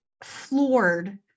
floored